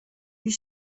you